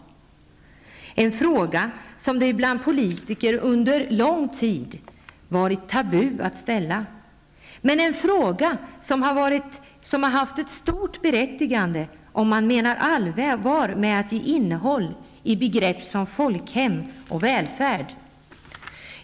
Detta är en fråga som det bland politiker under lång tid har varit tabu att ställa, men det är en fråga som har ett stort berättigande om man menar allvar med att ge innehåll i begrepp som folkhem och välfärd.